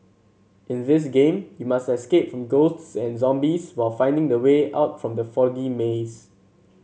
in this game you must escape from ghosts and zombies while finding the way out from the foggy maze